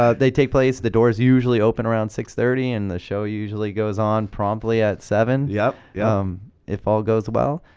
ah they take place, the doors usually open around six thirty and the show usually goes on promptly at seven, yeah yeah um if all goes well.